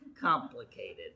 complicated